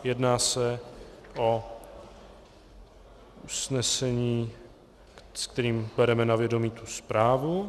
Jedná se o usnesení, kterým bereme na vědomí tu zprávu.